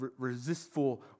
resistful